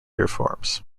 reforms